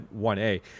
1A